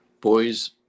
Boys